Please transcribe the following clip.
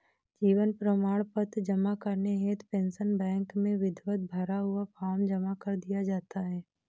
जीवन प्रमाण पत्र जमा करने हेतु पेंशन बैंक में विधिवत भरा हुआ फॉर्म जमा कर दिया जाता है